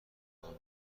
بابام